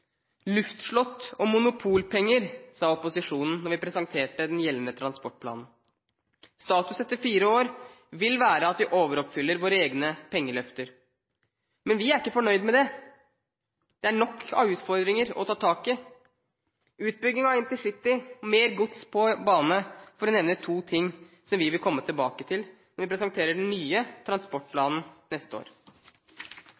Luftslott og monopolpenger, sa opposisjonen da vi presenterte den gjeldende transportplanen. Status etter fire år vil være at vi overoppfyller våre egne pengeløfter. Men vi er ikke fornøyd med det. Det er nok av utfordringer å ta tak i, f.eks. er utbygging av intercity og mer gods på bane to ting vi vil komme tilbake til når vi presenterer den nye